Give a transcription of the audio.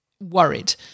worried